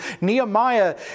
Nehemiah